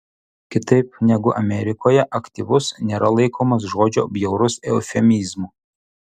kitaip negu amerikoje aktyvus nėra laikomas žodžio bjaurus eufemizmu